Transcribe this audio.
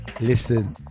listen